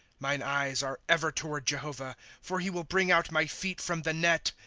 mine eyes are ever toward jehovah for he will bring out my feet from the net.